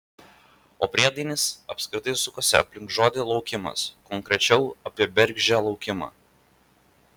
o priedainis apskritai sukosi aplink žodį laukimas konkrečiau apie bergždžią laukimą